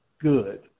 good